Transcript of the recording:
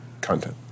content